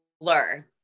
blur